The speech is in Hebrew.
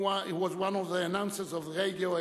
He was one of the announcers of the radio,